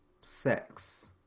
sex